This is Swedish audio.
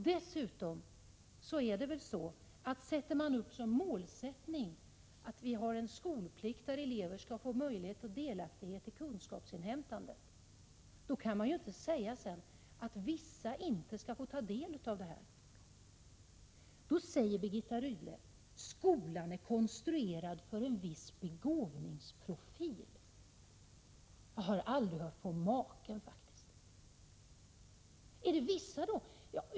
Dessutom, om vi har skolplikt och om målsättningen är att elever skall få möjlighet till och delaktighet i kunskapsinhämtandet, kan man ju inte sedan säga att vissa inte skall få ta del i detta. Birgitta Rydle säger: Skolan är konstruerad för en viss begåvningsprofil. Jag har väl aldrig hört på maken.